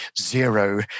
zero